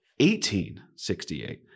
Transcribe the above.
1868